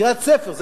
קריית-ספר,